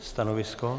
Stanovisko?